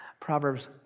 Proverbs